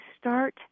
start